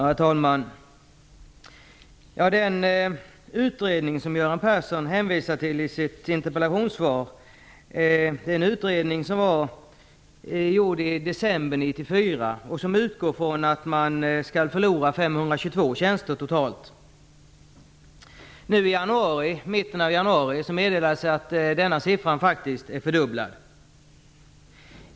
Herr talman! Den utredning som Göran Persson hänvisar till i sitt interpellationssvar gjordes i december 1994. Där är utgångspunkten att Tullverket totalt skall förlora 522 tjänster. I mitten av januari meddelades att detta antal hade fördubblats.